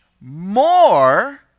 more